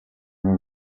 moya